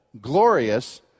glorious